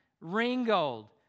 Ringgold